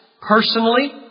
personally